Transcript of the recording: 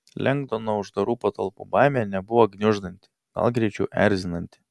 lengdono uždarų patalpų baimė nebuvo gniuždanti gal greičiau erzinanti